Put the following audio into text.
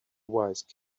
wise